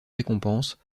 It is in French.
récompenses